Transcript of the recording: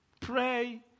Pray